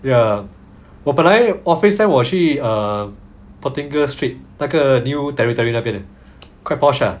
ya 我本来 office send 我去 um pottinger street 那个 new territory 那边 leh quite posh ah